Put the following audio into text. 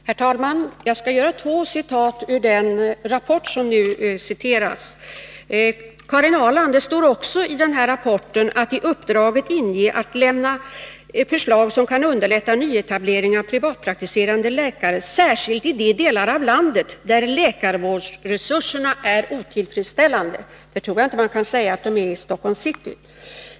Herr talman! Jag skall hänvisa till två uttalanden i den rapport som nu har citerats. I rapporten står det även, Karin Ahrland: ”I arbetsgruppens uppdrag ingick också att lämna förslag som kan underlätta nyetablering av privatpraktiserande läkare, särskilt i de delar av landet där läkarvårdsresurserna är otillfredsställande.” Jag tror inte att man kan säga att så är fallet i Stockholms City.